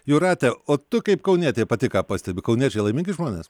jūrate o tu kaip kaunietė pati ką pastebi kauniečiai laimingi žmonės